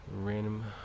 random